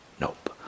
Nope